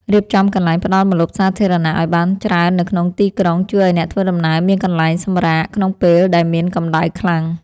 រៀបចំកន្លែងផ្ដល់ម្លប់សាធារណៈឱ្យបានច្រើននៅក្នុងទីក្រុងជួយឱ្យអ្នកធ្វើដំណើរមានកន្លែងសម្រាកក្នុងពេលដែលមានកម្ដៅខ្លាំង។